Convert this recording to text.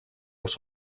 els